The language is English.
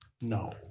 No